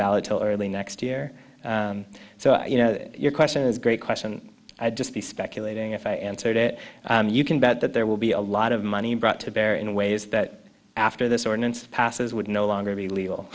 ballot till early next year and so you know your question is a great question i would just be speculating if i answered it you can bet that there will be a lot of money brought to bear in ways that after this ordinance passes would no longer be legal